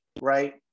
Right